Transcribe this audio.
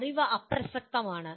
അറിവ് അപ്രസക്തമാണ്